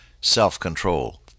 self-control